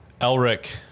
Elric